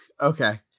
okay